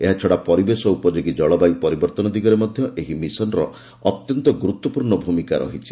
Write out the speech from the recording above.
ଏହାଛଡ଼ା ପରିବେଶ ଉପଯୋଗୀ ଜଳବାୟୁ ପରିବର୍ତ୍ତନ ଦିଗରେ ମଧ୍ୟ ଏହି ମିଶନ୍ର ଅତ୍ୟନ୍ତ ଗୁରୁତ୍ୱପୂର୍ଣ୍ଣ ଭୂମିକା ରହିଛି